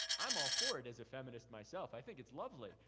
i'm all for it as a feminist myself. i think it's lovely.